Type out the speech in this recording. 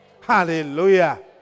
Hallelujah